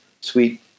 sweet